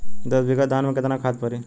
दस बिघा धान मे केतना खाद परी?